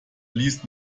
ließ